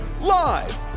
live